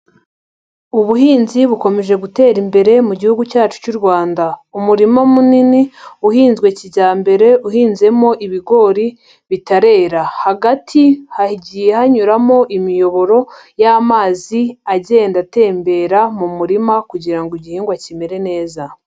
Ubuhinzi bukomeje gutera imbere mu gihugu cyacu cy'u Rwanda. Umurima munini uhinzwe kijyambere, uhinzemo ibigori bitarera. Hagati hagiye hanyuramo imiyoboro y'amazi, agenda atembera mu murima kugira ngo igihingwa kimere neza.